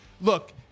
look